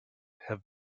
have